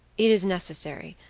it is necessary,